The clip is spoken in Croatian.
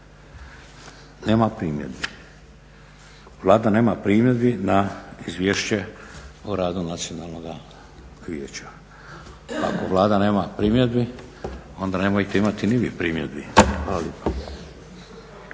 nema primjedbi. Vlada nema primjedbi na Izvješće o radu Nacionalnoga vijeća. Ako Vlada nema primjedbi, onda nemojte imati ni vi primjedbi.